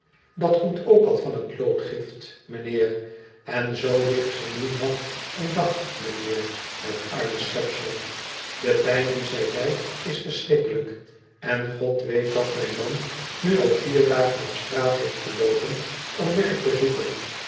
dat komt ook al van het loodgift mijnheer en zoo ligt ze nu nacht en dag mijnheer het arme schepsel de pijn die zij lijdt is verschrikkelijk en g-od weet dat mijn man nu al vier dagen op straat heeft geloopen om werk te zoeken